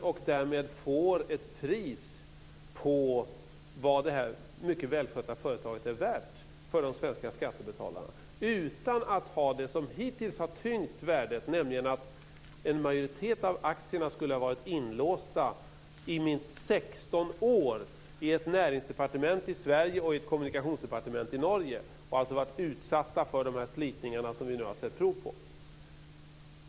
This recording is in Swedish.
Därmed skulle man kunna få ett pris på vad detta mycket välskötta företag är värt för de svenska skattebetalarna, utan det som hittills har tyngt värdet, nämligen att en majoritet av aktierna skulle ha varit inlåsta i minst 16 år i ett näringsdepartement i Sverige och ett kommunikationsdepartement i Norge och alltså ha varit utsatta för de slitningar vi nu har sett prov på.